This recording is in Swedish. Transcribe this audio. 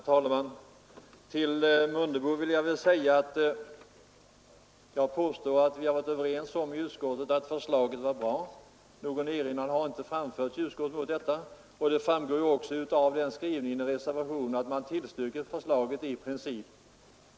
Herr talman! Till herr Mundebo vill jag säga att vi i utskottet har varit överens om att förslaget är bra. Någon erinran däremot har inte framförts i utskottet, och det framgår också av skrivningen i reservationen där man tillstyrker förslaget i princip.